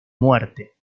muerte